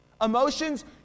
Emotions